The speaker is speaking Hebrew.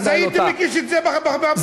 אז הייתי מגיש את זה בשבוע הבא, באמת.